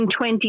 20